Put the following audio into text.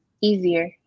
easier